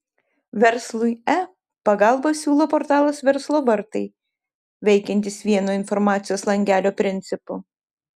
verslui e pagalbą siūlo portalas verslo vartai veikiantis vieno informacijos langelio principu